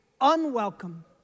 unwelcome